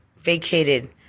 vacated